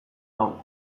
hau